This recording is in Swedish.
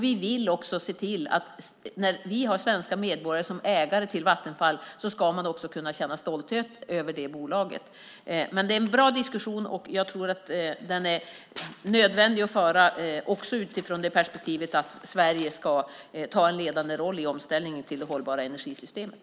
Vi vill också se till att svenska medborgare som är ägare till Vattenfall ska kunna känna stolthet över bolaget. Detta är som sagt var en bra diskussion, och jag tror att den är nödvändig att föra också utifrån perspektivet att Sverige ska ta en ledande roll i omställningen till det hållbara energisystemet.